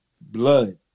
blood